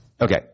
Okay